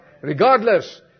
Regardless